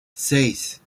seis